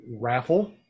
raffle